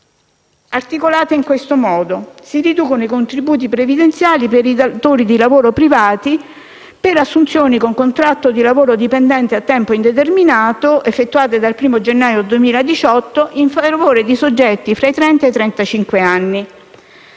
articolati in questo modo: si riducono i contributi previdenziali per i datori di lavoro privati per assunzioni con contratto di lavoro dipendente a tempo indeterminato, effettuate dal 1° gennaio 2018 in favore di soggetti tra i trenta e i